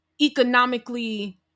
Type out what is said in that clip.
economically